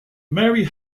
mary